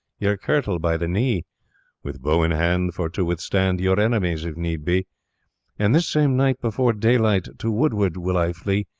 your kirtle by the knee with bow in hand, for to withstand your enemies, if need be and this same night before day-light, to wood-ward will i flee.